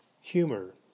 Humor